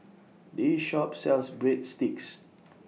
This Shop sells Breadsticks